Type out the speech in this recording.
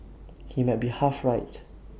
he might be half right